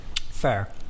fair